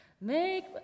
make